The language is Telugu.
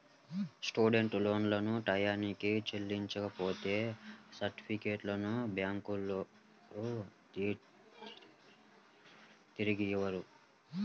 స్టూడెంట్ లోన్లను టైయ్యానికి చెల్లించపోతే సర్టిఫికెట్లను బ్యాంకులోల్లు తిరిగియ్యరు